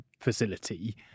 facility